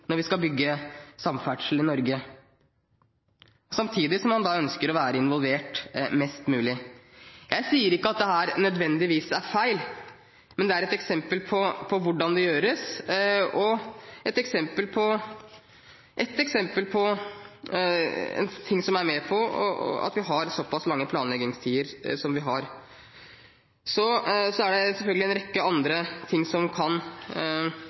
når vi skal bygge samferdsel i Norge – samtidig som man ønsker å være involvert mest mulig. Jeg sier ikke at dette nødvendigvis er feil, men det er et eksempel på hvordan det gjøres, og et eksempel på en ting som er med på å gjøre at vi har såpass lange planleggingstider som vi har. Det er selvfølgelig også en rekke andre ting som